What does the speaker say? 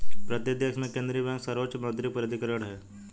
प्रत्येक देश में केंद्रीय बैंक सर्वोच्च मौद्रिक प्राधिकरण होता है